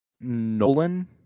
nolan